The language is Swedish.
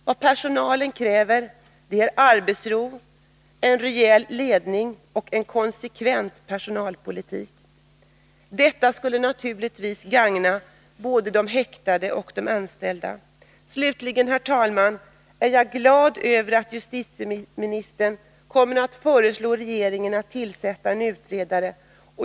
Vad personalen 28 februari 1983 kräver är arbetsro, en rejäl ledning och en konsekvent personalpolitik. Detta skulle naturligtvis gagna både häktade och anställda. Slutligen, herr talman, är jag glad över att justitieministern kommer att föreslå regeringen att tillsätta en utredning.